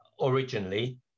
Originally